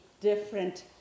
different